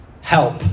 help